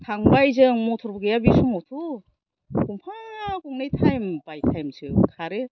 थांबाय जों मटरबो गैया बे समावथ' गंफा गंनै टाइम बाइ टाइमसो खारो